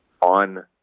on